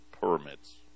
permits